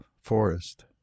forest